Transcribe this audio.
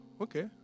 Okay